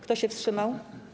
Kto się wstrzymał?